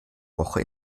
woche